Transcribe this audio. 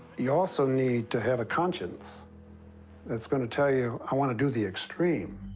you also need to have a conscience that's going to tell you i want to do the extreme.